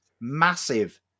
Massive